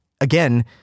again